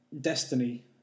Destiny